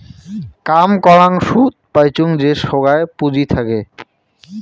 কাম করাং সুদ পাইচুঙ যে সোগায় পুঁজি থাকে